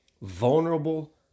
vulnerable